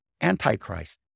Antichrist